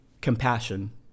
compassion